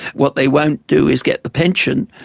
what they won't do is get the pension,